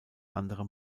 anderem